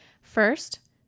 First